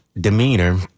demeanor